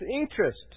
interest